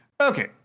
Okay